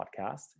podcast